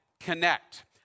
connect